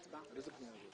אז לא השבוע אלא בשבוע הבא.